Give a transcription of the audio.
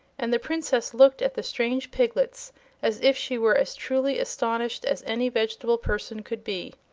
and the princess looked at the strange piglets as if she were as truly astonished as any vegetable person could be.